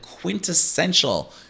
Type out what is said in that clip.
quintessential